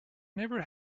never